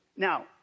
Now